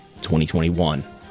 2021